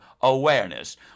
awareness